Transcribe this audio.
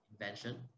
Invention